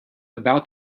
about